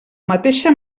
mateixa